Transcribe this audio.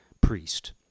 priest